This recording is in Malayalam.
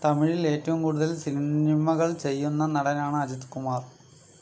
തമിഴിൽ ഏറ്റവും കൂടുതൽ സിനിമകൾ ചെയ്യുന്ന നടനാണ് അജിത്ത് കുമാർ